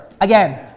Again